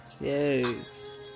Yes